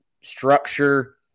structure